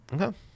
Okay